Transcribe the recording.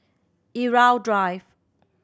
Irau Drive